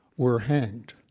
were hanged